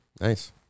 nice